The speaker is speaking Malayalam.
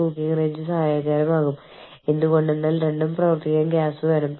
കൂടാതെ പലതവണ സമാന പേരുകളുള്ള ആളുകൾ അല്ലെങ്കിൽ ഒരേ പേരുകൾ വന്നേക്കാം